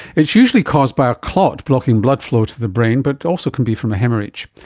it's usually caused by a clot blocking blood flow to the brain, but also can be from a haemorrhage.